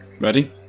ready